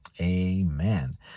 amen